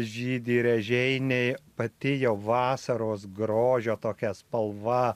žydi ir ežiai nei pati jau vasaros grožio tokia spalva